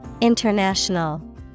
International